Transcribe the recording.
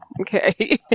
Okay